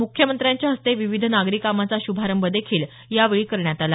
मुख्यमंत्र्यांच्या हस्ते विविध नागरी कामांचा श्भारंभ देखील यावेळी करण्यात आला